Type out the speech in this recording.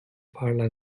parla